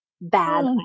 bad